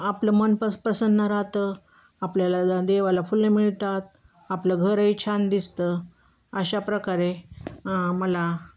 आपलं मन प प्रसन्न राहतं आपल्याला देवाला फुलं मिळतात आपलं घरही छान दिसतं अशा प्रकारे मला